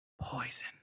Poison